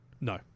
No